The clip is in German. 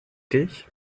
dich